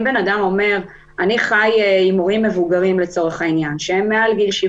אם אדם אומר שהוא חי עם הורים מבוגרים או הורים בקבוצות